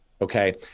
okay